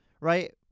right